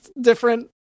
different